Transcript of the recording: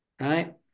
Right